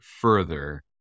further